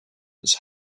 his